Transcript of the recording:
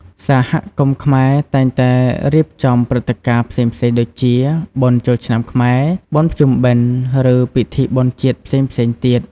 សហគមន៍ខ្មែរតែងតែរៀបចំព្រឹត្តិការណ៍ផ្សេងៗដូចជា បុណ្យចូលឆ្នាំខ្មែរ បុណ្យភ្ជុំបិណ្ឌ ឬពិធីបុណ្យជាតិផ្សេងៗទៀត ។